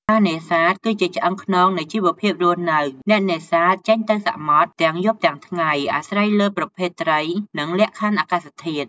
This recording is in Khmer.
ការនេសាទគឺជាឆ្អឹងខ្នងនៃជីវភាពរស់នៅ អ្នកនេសាទចេញទៅនេសាទទាំងយប់ទាំងថ្ងៃ អាស្រ័យលើប្រភេទត្រី និងលក្ខខណ្ឌអាកាសធាតុ។